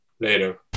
Later